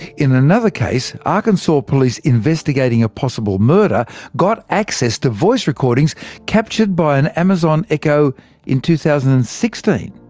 in another case, arkansas police investigating a possible murder got access to voice recordings captured by an amazon echo in two thousand and sixteen.